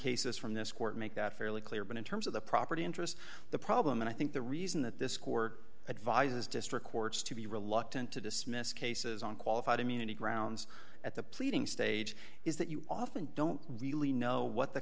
cases from this court make that fairly clear but in terms of the property interest the problem and i think the reason that this court advises district courts to be reluctant to dismiss cases on qualified immunity grounds at the pleading stage is that you often don't really know what the